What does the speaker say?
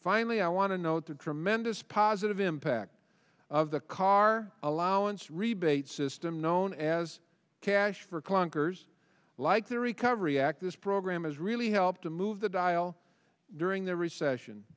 finally i want to note the tremendous positive impact of the car allowance rebate system known as cash for clunkers like the recovery act this program has really helped to move the dial during the recession